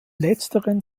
letzteren